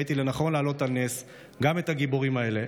ראיתי לנכון להעלות על נס גם את הגיבורים האלה,